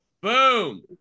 Boom